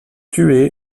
tué